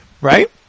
right